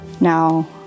Now